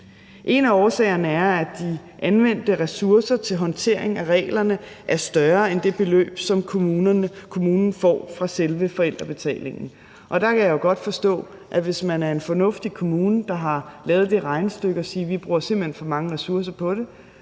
En af årsagerne er, at de anvendte ressourcer til håndtering af reglerne er større end det beløb, som kommunen får fra selve forældrebetalingen, og der kan jeg jo godt forstå, at man, hvis man er en fornuftig kommune, der har lavet det regnestykke og siger, at man simpelt hen bruger for mange ressourcer på det,